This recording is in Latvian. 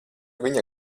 viņa